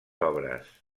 obres